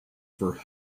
for